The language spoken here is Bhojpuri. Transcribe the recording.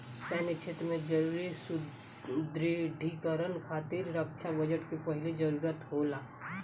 सैन्य क्षेत्र में जरूरी सुदृढ़ीकरन खातिर रक्षा बजट के पहिले जरूरत होला